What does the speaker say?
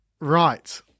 Right